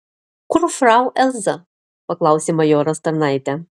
kur frau elza paklausė majoras tarnaitę